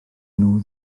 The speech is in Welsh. nhw